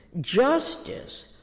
justice